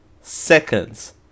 seconds